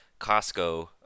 Costco